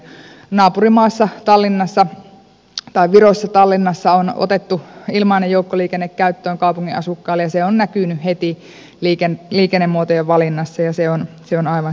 naapurimaassa virossa tallinnassa on otettu ilmainen joukkoliikenne käyttöön kaupungin asukkaille ja se on näkynyt heti liikennemuotojen valinnassa se on aivan selkeää